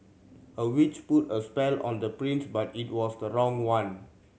a witch put a spell on the prince but it was the wrong one